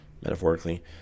metaphorically